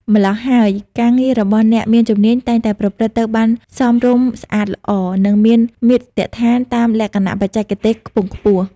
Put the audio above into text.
ម្ល៉ោះហើយការងាររបស់អ្នកមានជំនាញតែងប្រព្រឹត្តទៅបានសមរម្យស្អាតល្អ និងមានមាត្រដ្ឋានតាមលក្ខណៈបច្ចេកទេសខ្ពង់ខ្ពស់ ។